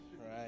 right